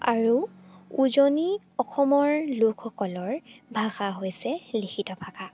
আৰু উজনি অসমৰ লোকসকলৰ ভাষা হৈছে লিখিত ভাষা